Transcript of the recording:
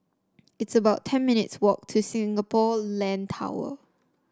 it's about ten minutes' walk to Singapore Land Tower